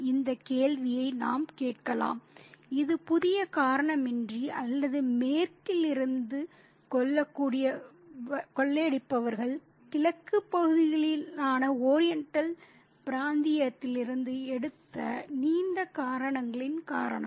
இந்த கேள்வியை நாம் கேட்கலாம் இது புதிய காரணமின்றி அல்லது மேற்கிலிருந்து கொள்ளையடிப்பவர்கள் கிழக்குப் பகுதிகளான ஓரியண்டல் பிராந்தியத்திலிருந்து எடுத்த நீண்ட காரணங்களின் காரணமா